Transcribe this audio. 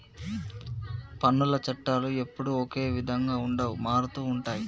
పన్నుల చట్టాలు ఎప్పుడూ ఒకే విధంగా ఉండవు మారుతుంటాయి